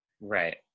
Right